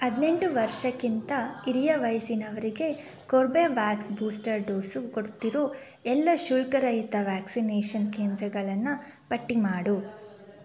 ಹದಿನೆಂಟು ವರ್ಷಕ್ಕಿಂತ ಹಿರಿಯ ವಯಸ್ಸಿನವ್ರಿಗೆ ಕೋರ್ಬೆವ್ಯಾಕ್ಸ್ ಬೂಸ್ಟರ್ ಡೋಸು ಕೊಡ್ತಿರೋ ಎಲ್ಲ ಶುಲ್ಕರಹಿತ ವ್ಯಾಕ್ಸಿನೇಷನ್ ಕೇಂದ್ರಗಳನ್ನು ಪಟ್ಟಿ ಮಾಡು